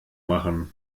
machen